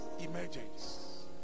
emergence